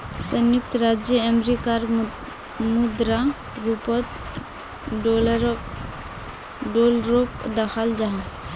संयुक्त राज्य अमेरिकार मुद्रा रूपोत डॉलरोक दखाल जाहा